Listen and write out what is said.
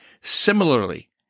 Similarly